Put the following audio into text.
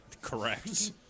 Correct